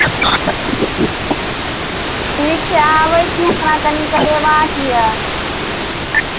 ठीक छै आबै छी हमरा कनि करेबाक यए